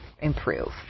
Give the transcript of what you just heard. improve